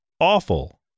awful